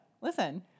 Listen